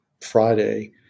Friday